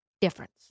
difference